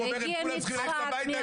יושב ממש לצדך מנהל בית חולים הדסה,